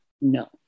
no